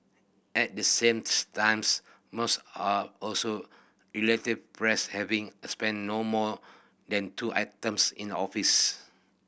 at the sames times most are also relative fresh having spent no more than two items in office